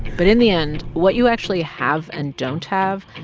but in the end, what you actually have and don't have,